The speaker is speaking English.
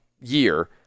year